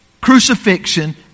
crucifixion